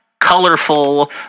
colorful